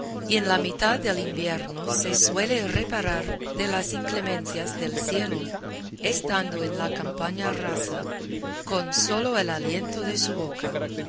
y en la mitad del invierno se suele reparar de las inclemencias del cielo estando en la campaña rasa con sólo el aliento de su boca